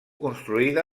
construïda